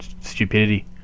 Stupidity